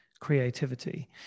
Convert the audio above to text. creativity